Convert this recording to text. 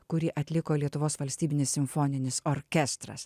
kurį atliko lietuvos valstybinis simfoninis orkestras